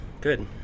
Good